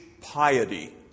piety